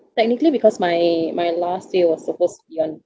technically because my my last day was supposed to be on